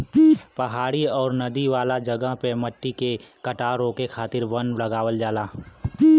पहाड़ी आउर नदी वाला जगह पे मट्टी के कटाव रोके खातिर वन लगावल जाला